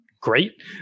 great